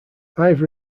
ivor